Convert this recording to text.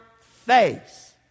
face